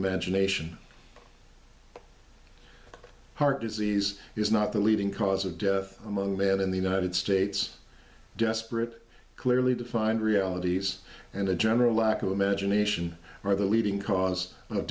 imagination heart disease is not the leading cause of death among men in the united states desperate clearly defined realities and a general lack of imagination are the leading cause of